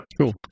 Cool